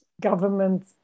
Government